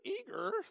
eager